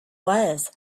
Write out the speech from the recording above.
was